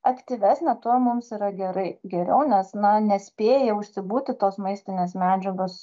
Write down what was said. aktyvesnė tuo mums yra gerai geriau nes na nespėja užsibūti tos maistinės medžiagos